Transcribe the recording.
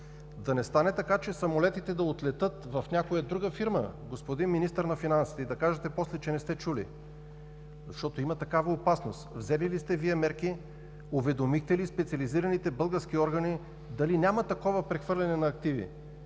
да не стане така, че самолетите да отлетят в някоя друга фирма, господин Министър на финансите, и да кажете после, че не сте чули, защото има такава опасност. Взели ли сте Вие мерки, уведомихте ли специализираните български органи дали няма такова прехвърляне на активи?